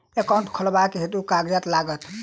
Account खोलाबक हेतु केँ कागज लागत?